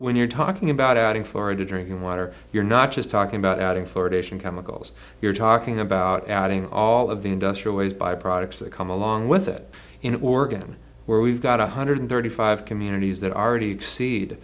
when you're talking about out in florida drinking water you're not just talking about adding fluoridation chemicals you're talking about adding all of the industrialized by products that come along with it in oregon where we've got one hundred thirty five communities that are already exceed